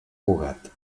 cugat